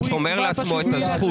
הוא שומר לעצמו את הזכות.